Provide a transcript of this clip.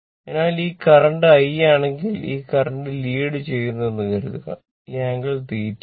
അതിനാൽ ഈ current I ആണെങ്കിൽ ഈ കറന്റ് ലീഡ് ചെയ്യുന്ന് എന്നു കരുതുക ഈ ആംഗിൾ θ യാണ്